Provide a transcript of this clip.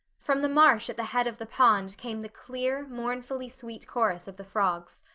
from the marsh at the head of the pond came the clear, mournfully-sweet chorus of the frogs.